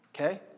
Okay